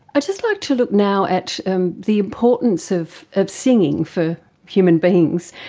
i'd just like to look now at the importance of of singing for human beings.